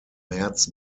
märz